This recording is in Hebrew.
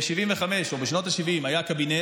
ב-1975 או בשנות השבעים היה קבינט,